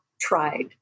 tried